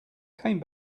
came